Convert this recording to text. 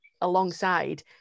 alongside